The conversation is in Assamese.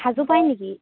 সাঁজো পায় নিকি